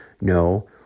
No